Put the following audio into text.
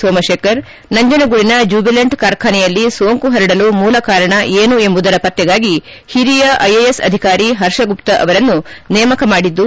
ಸೋಮಶೇಖರ್ ನಂಜನಗೂಡಿನ ಜ್ಣುಬಿಲೆಂಟ್ ಕಾರ್ಖಾನೆಯಲ್ಲಿ ಸೋಂಕು ಹರಡಲು ಮೂಲ ಕಾರಣ ಏನು ಎಂಬುದರ ಪತ್ತೆಗಾಗಿ ಹಿರಿಯ ಐಎಎಸ್ ಅಧಿಕಾರಿ ಹರ್ಷಗುಪ್ತ ಅವರನ್ನು ನೇಮಕ ಮಾಡಿದ್ದು